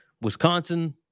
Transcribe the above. Wisconsin